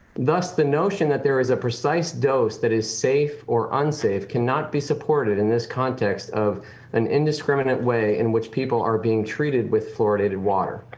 thus the notion that there is a precise dose that is safe or unsafe can not be supported in this context of an indiscriminate way in which people are being treated with fluoridated water.